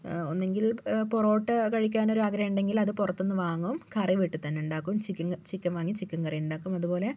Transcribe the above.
ഒന്നുങ്കില് പൊറോട്ടയോ കഴിക്കാനൊരു ആഗ്രഹമുണ്ടെങ്കിൽ അത് പുറത്തുനിന്ന് വാങ്ങും കറി വീട്ടിൽ തന്നെ ഇണ്ടാക്കും ചിക്കൻ വാങ്ങി ചിക്കൻക്കറി ഉണ്ടാക്കും അതുപ്പോലെ